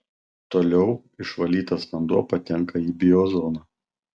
toliau išvalytas vanduo patenka į biozoną